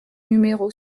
numéro